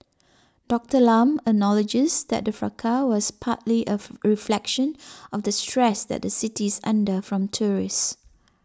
Doctor Lam acknowledges that the fracas was partly of reflection of the stress that the city is under from tourists